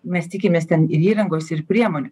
mes tikimės ten ir įrangos ir priemonių